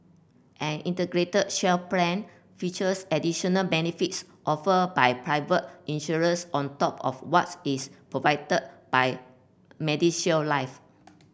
an Integrated Shield Plan features additional benefits offered by private insurers on top of what's is provided by MediShield Life